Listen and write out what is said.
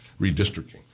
redistricting